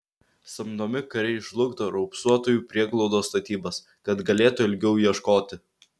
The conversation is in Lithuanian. samdomi kariai žlugdo raupsuotųjų prieglaudos statybas kad galėtų ilgiau ieškoti